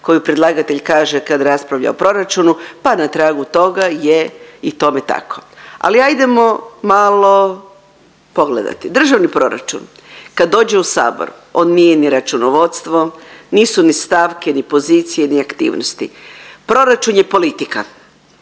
koju predlagatelj kaže kad raspravlja o proračunu pa na tragu toga je i tome tako, ali ajdemo malo pogledati. Državni proračun kad dođe u sabor on nije ni računovodstvo, nisu ni stavke, ni pozicije, ni aktivnosti. Proračun je politika